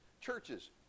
Churches